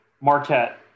Marquette